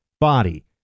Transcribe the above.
body